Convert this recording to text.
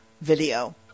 video